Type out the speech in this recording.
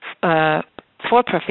for-profit